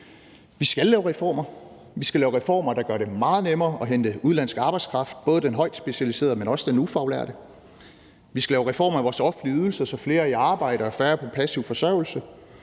Vi skal lave reformer. Vi skal lave reformer, der gør det meget nemmere at hente udenlandsk arbejdskraft, både den højt specialiserede, men også den ufaglærte. Vi skal lave reformer af vores offentlige ydelser, så flere er i arbejde og færre er på passiv forsørgelse;